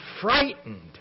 frightened